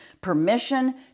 permission